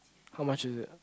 how much is it